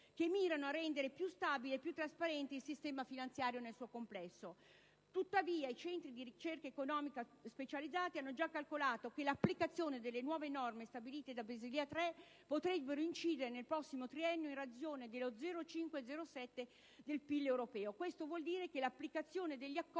che mirano a rendere più stabile e più trasparente il sistema finanziario nel suo complesso. Tuttavia, i centri di ricerca economica specializzati hanno già calcolato che l'applicazione delle nuove norme stabilite da Basilea 3 potrebbero incidere nel prossimo triennio in ragione dello 0,5-0,7 per cento del PIL europeo. Questo vuol dire che l'applicazione degli accordi